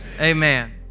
Amen